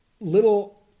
little